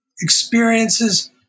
Experiences